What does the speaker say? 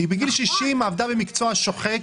בגיל 60 היא עבדה במקצוע שוחק.